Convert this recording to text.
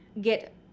get